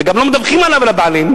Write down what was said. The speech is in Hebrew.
וגם לא מדווחים עליו לבעלים,